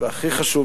והכי חשוב,